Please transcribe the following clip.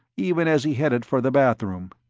even as he headed for the bathroom.